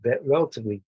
relatively